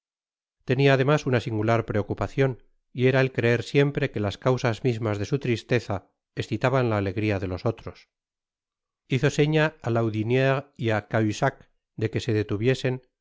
tenia además una singular preocupacion y era el creer siempre que las causas mismas de su tristeza escitaban la alegria de los otros hizo seña á lahoudiniere y á cahusac de que se detuviesen